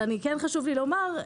אבל כן חשוב לי לומר,